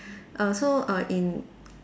err so uh in